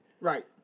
Right